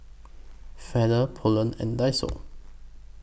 Feather Poulet and Daiso